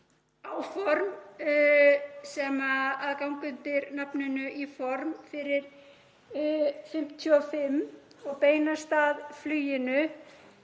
áform sem ganga undir nafninu Í form fyrir '55 og beinast að fluginu.